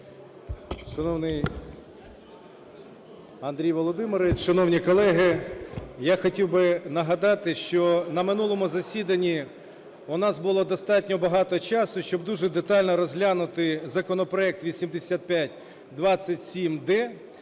Шановний Андрій Володимирович, шановні колеги! Я хотів би нагадати, що на минулому засіданні у нас було достатньо багато часу, щоб дуже детально розглянути законопроект 8527-д,